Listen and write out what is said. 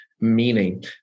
meaning